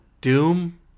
Doom